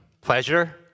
pleasure